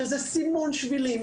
שזה סימון שבילים,